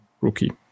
rookie